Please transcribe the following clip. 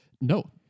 No